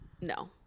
No